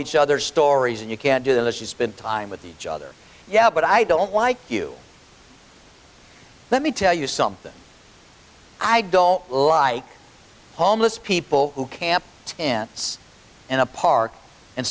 each other's stories and you can do this you spent time with each other yeah but i don't like you let me tell you something i don't like homeless people who can't tense in a park and